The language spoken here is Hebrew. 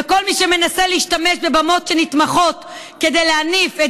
וכל מי שמנסה להשתמש בבמות שנתמכות כדי להניף את